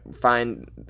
find